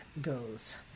goes